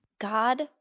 God